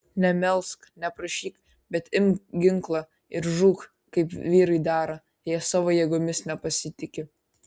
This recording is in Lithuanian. nemelsk neprašyk bet imk ginklą ir žūk kaip vyrui dera jei savo jėgomis nepasitiki